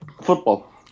Football